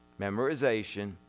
Memorization